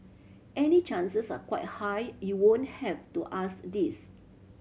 any chances are quite high you won't have to ask this